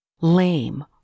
lame